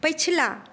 पछिला